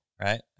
Right